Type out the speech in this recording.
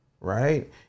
Right